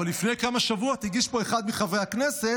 אבל לפני כמה שבועות הגיש פה אחד מחברי הכנסת